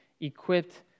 equipped